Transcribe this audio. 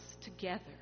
together